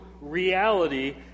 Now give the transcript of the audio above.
reality